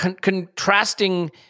contrasting